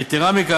יתרה מכך,